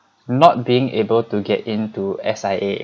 not being able to get in to S_I_A